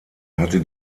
hatte